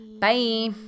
Bye